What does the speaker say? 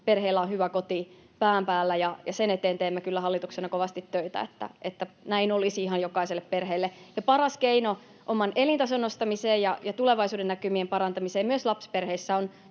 perheellä on hyvä koti, katto pään päällä, ja sen eteen teemme kyllä hallituksena kovasti töitä, että näin olisi ihan jokaisella perheellä. Paras keino oman elintason nostamiseen ja tulevaisuudennäkymien parantamiseen myös lapsiperheissä on